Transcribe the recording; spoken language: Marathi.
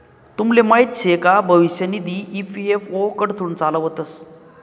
तुमले माहीत शे का भविष्य निधी ई.पी.एफ.ओ कडथून चालावतंस